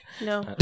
No